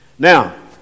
Now